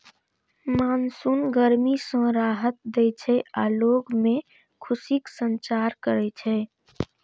monsoon गर्मी सं राहत दै छै आ लोग मे खुशीक संचार करै छै